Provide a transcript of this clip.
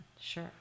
Sure